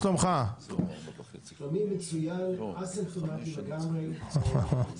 לעצמי לעשות איזושהי השוואה